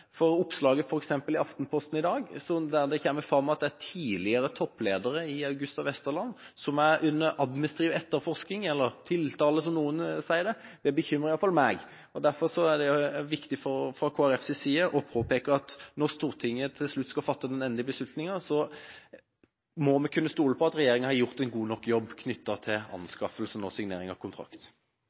i Aftenposten i dag, der det framkommer at tidligere toppledere i AgustaWestland er under administrativ etterforskning – eller tiltale, som noen kaller det – bekymrer iallfall meg. Derfor er det fra Kristelig Folkepartis side viktig å påpeke at når Stortinget skal fatte den endelige beslutninga, må vi kunne stole på at regjeringa har gjort en god nok jobb når det gjelder anskaffelsen og signeringa av kontrakt.